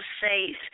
safe